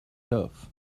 turf